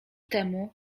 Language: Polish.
temu